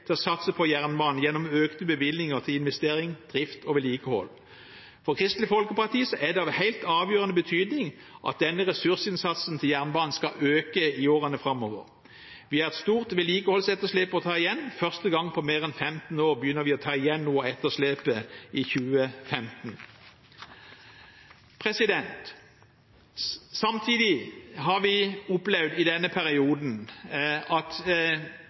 til å satse på jernbanen gjennom økte bevilgninger til investering, drift og vedlikehold. For Kristelig Folkeparti er det av helt avgjørende betydning at denne ressursinnsatsen til jernbanen skal øke i årene framover. Vi har et stort vedlikeholdsetterslep å ta igjen. For første gang på mer enn 15 år begynner vi å ta igjen noe av etterslepet i 2015. Samtidig har vi opplevd i denne perioden at